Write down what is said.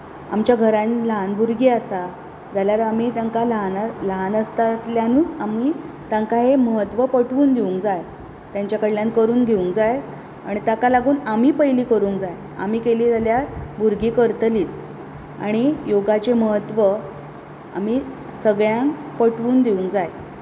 आमच्या घरांत ल्हान भुरगीं आसा जाल्यार आमी तांकां ल्हान ल्हान आसतातल्यानूच आमी तांकां हे म्हत्व पटवून दिवंक जाय तांच्या कडल्यान करून घेवंक जाय आनी ताका लागून आमी पयली करूंक जाय आमी केली जाल्यार भुरंगी करतलींच आनी योगाचे म्हत्व आमी सगळ्यांक पटवून दिवंक जाय